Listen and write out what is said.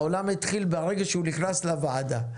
לפה העולם מתחיל ברגע שהוא נכנס לוועדה.